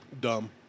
Dumb